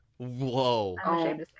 whoa